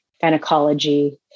gynecology